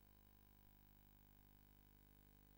האזרחי